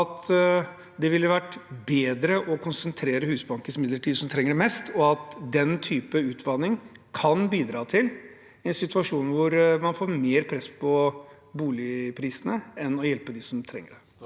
det ville vært bedre å konsentrere Husbankens midler til dem som trenger dem mest, og at den type utvanning kan bidra til en situasjon hvor man får mer press på boligprisene heller enn å hjelpe dem som trenger det?